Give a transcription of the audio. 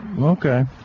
Okay